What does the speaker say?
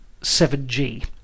7G